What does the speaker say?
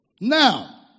Now